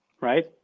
right